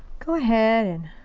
go ahead and